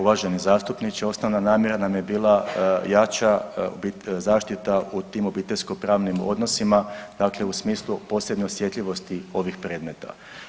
Uvaženi zastupniče, osnovna namjena nam je bila jača zaštita u tim obiteljsko-pravnim odnosima, dakle u smislu posebne osjetljivosti ovih predmeta.